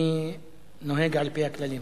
אני נוהג על-פי הכללים.